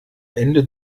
ende